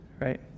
right